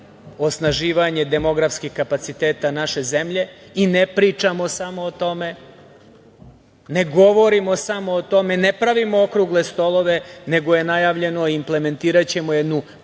osnaživanje demografskih kapaciteta naše zemlje i ne pričamo samo o tome, ne govorimo samo o tome, ne pravimo okrugle stolove nego je najavljeno, implementiraćemo jednu